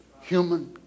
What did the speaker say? human